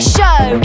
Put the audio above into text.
Show